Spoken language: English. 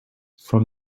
from